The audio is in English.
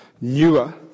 newer